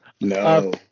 No